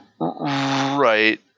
Right